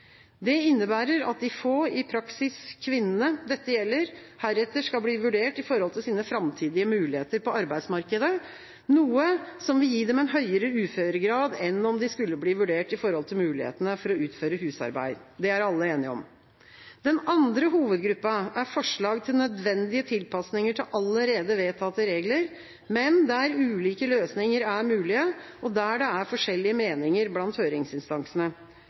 Det innebærer at de få – i praksis kvinnene – dette gjelder, heretter skal bli vurdert i forhold til sine framtidige muligheter på arbeidsmarkedet, noe som vil gi dem en høyere uføregrad enn om de skulle bli vurdert i forhold til mulighetene til å utføre husarbeid. Det er alle enige om. Den andre hovedgruppa er forslag til nødvendige tilpasninger til allerede vedtatte regler, men der ulike løsninger er mulige, og der det er forskjellige meninger blant høringsinstansene.